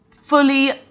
fully